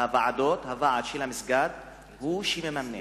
הוועד של המסגד הוא שמממן,